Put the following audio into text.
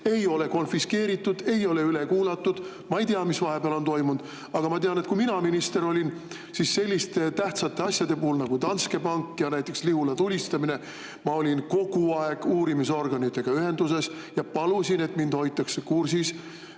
ei ole [Johanna-Maria Lehtmet] üle kuulatud. Ma ei tea, mis vahepeal on toimunud, aga ma tean, et kui mina minister olin, siis selliste tähtsate asjade puhul nagu näiteks Danske Banki [juhtum] ja Lihula tulistamine olin ma kogu aeg uurimisorganitega ühenduses ja palusin, et mind hoitaks kursis